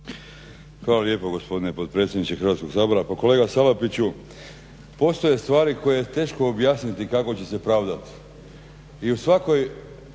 Hvala lijepo gospodine potpredsjedniče Hrvatskog sabora. Pa kolega Salapiću postoje stvari koje je teško objasniti kako će se pravdati.